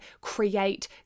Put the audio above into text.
create